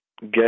get